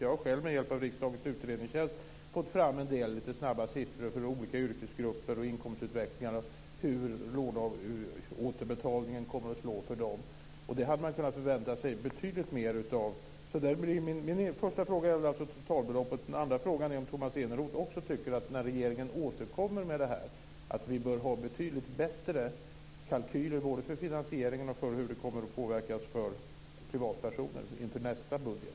Jag har själv med hjälp av riksdagens utredningstjänst lite snabbt fått en fram en del siffror för olika yrkesgrupper och inkomstutvecklingar och hur låneåterbetalningen kommer att slå för dem. Det hade man kunnat förvänta sig betydlig mer av. Min första fråga gällde totalbeloppet. Den andra frågan är om Tomas Eneroth också tycker att regeringen när den återkommer med frågan inför nästa budget bör ha betydligt bättre kalkyler både för finansieringen och för hur det kommer att påverka privatpersoner.